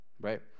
right